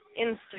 Instagram